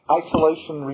isolation